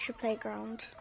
Playground